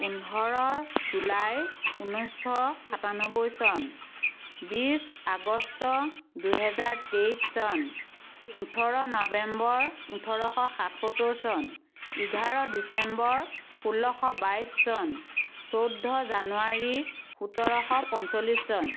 পোন্ধৰ জুলাই ঊনৈছশ সাতান্নব্বৈ চন বিছ আগষ্ট দুহেজাৰ তেইছ চন ওঠৰ নৱেম্বৰ ওঠৰশ সাতসত্তৰ চন এঘাৰ ডিচেম্বৰ ষোল্লশ বাইছ চন চৈধ্য জানুৱাৰী সোতৰশ পঞ্চল্লিছ চন